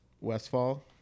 Westfall